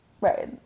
Right